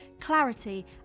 clarity